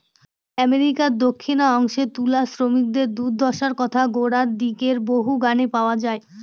আমেরিকার দক্ষিনাংশে তুলা শ্রমিকদের দূর্দশার কথা গোড়ার দিকের বহু গানে পাওয়া যায়